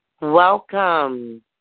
Welcome